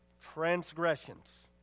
Transgressions